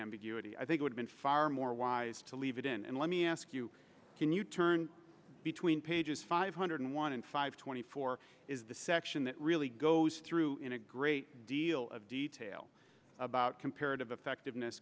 ambiguity i think would be far more wise to leave it in and let me ask you can you turn between pages five hundred one and five twenty four is the section that really goes through in a great deal of detail about comparative effectiveness